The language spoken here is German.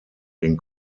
den